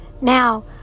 Now